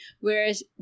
whereas